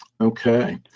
Okay